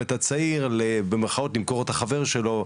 לנסות ולברר עם הילד,